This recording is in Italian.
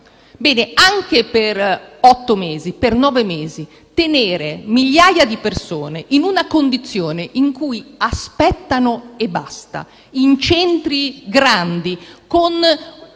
tenere anche per otto o nove mesi migliaia di persone in una condizione in cui aspettano e basta, in centri grandi, con